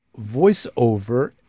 voiceover